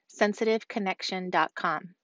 sensitiveconnection.com